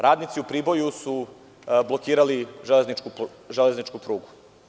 Radnici u Priboju su blokirali železničku prugu.